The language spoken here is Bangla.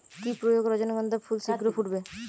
কি প্রয়োগে রজনীগন্ধা ফুল শিঘ্র ফুটবে?